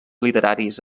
literaris